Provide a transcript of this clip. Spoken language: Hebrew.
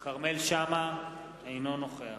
אינו נוכח